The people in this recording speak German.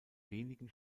wenigen